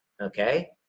Okay